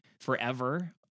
forever